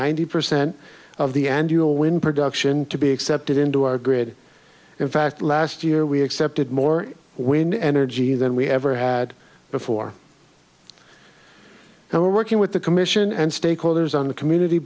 ninety percent of the end you know wind production to be accepted into our grid in fact last year we accepted more wind energy than we ever had before and we're working with the commission and stakeholders on the community